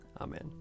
Amen